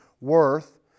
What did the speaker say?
worth